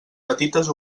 petites